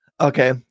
Okay